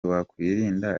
wakwirinda